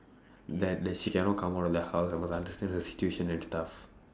that that she cannot come out of the house I must understand her situation and stuff